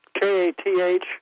K-A-T-H